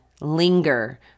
linger